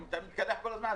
אני מתקלח כל הזמן.